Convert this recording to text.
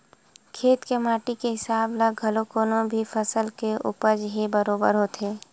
खेत के माटी के हिसाब ले घलो कोनो भी फसल के उपज ह बरोबर होथे